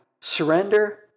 surrender